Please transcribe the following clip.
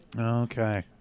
Okay